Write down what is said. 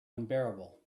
unbearable